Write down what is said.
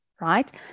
right